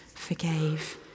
forgave